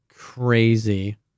crazy